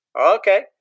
Okay